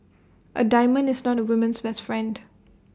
A diamond is not A woman's best friend